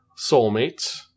Soulmates